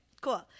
cool